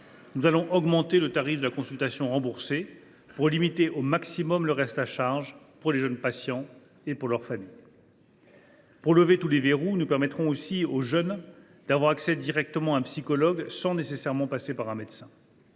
Nous allons augmenter le tarif de la consultation remboursée pour limiter au maximum le reste à charge des jeunes patients et de leurs familles. « Pour lever tous les verrous, nous permettrons aussi aux jeunes d’avoir directement accès à un psychologue, sans nécessairement passer par un médecin.